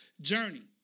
journey